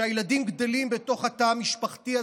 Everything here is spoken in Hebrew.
כשהילדים גדלים בתוך התא המשפחתי,